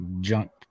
junk